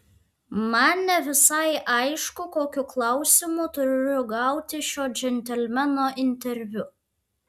man ne visai aišku kokiu klausimu turiu gauti šio džentelmeno interviu